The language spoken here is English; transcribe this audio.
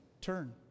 turn